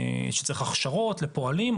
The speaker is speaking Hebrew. שצריך הכשרות לפועלים,